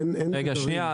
אין תדרים --- דוד,